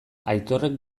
aitorrek